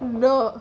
no